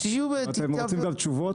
אתם רוצים גם תשובות?